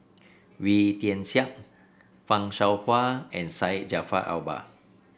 Wee Tian Siak Fan Shao Hua and Syed Jaafar Albar